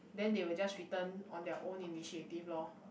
then they will just return on their own initiative lor